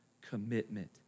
commitment